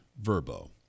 Verbo